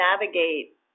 NAVIGATE